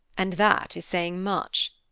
and that is saying much.